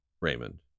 Raymond